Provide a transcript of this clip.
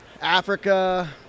Africa